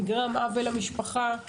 נגרם עוול למשפחה.